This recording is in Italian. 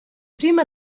prima